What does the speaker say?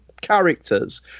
characters